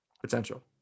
Potential